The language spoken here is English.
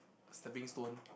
stepping stone